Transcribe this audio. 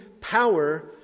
power